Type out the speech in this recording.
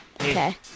Okay